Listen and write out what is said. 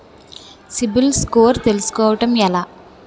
CIBIL score తెల్సుకోటం ఎలా?